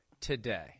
today